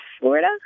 Florida